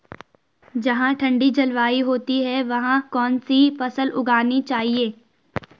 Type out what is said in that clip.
जहाँ ठंडी जलवायु होती है वहाँ कौन सी फसल उगानी चाहिये?